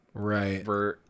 Right